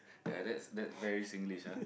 ya that's that very Singlish ah